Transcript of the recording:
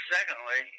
Secondly